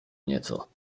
nieco